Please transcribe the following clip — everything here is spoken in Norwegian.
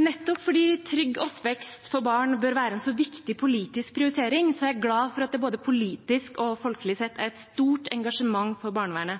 Nettopp fordi trygg oppvekst for barn bør være en så viktig politisk prioritering, er jeg glad for at det både politisk og folkelig sett er et stort engasjement for barnevernet.